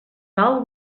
val